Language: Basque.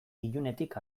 ilunetik